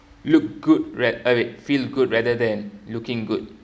look good rath~ ah wait feel good rather than looking good